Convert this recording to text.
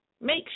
Make